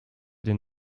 den